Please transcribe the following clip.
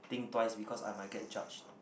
think twice because I might get judged